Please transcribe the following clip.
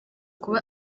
kuba